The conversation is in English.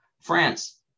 france